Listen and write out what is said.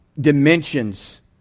dimensions